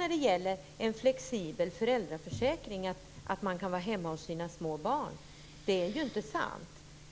är det den flexibla föräldraförsäkringen och att kunna vara hemma hos sina små barn - det är inte sant.